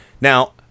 now